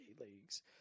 leagues